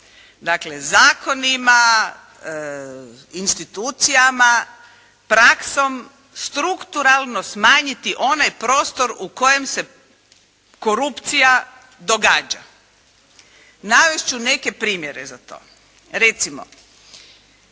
zakonima, institucijama, praksom strukturalno smanjiti onaj prostor u kojem se korupcija događa. Navest ću neke primjere za to. Recimo